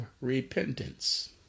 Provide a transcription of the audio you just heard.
repentance